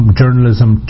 journalism